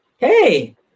Hey